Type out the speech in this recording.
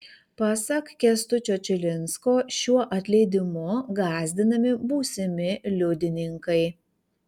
pasak kęstučio čilinsko šiuo atleidimu gąsdinami būsimi liudininkai